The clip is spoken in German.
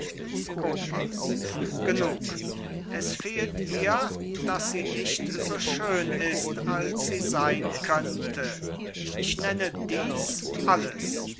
skopas genug es fehlt ihr daß sie nicht so schön ist als sie seyn könnte ich nenne dieß alles